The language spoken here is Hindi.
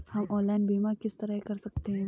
हम ऑनलाइन बीमा किस तरह कर सकते हैं?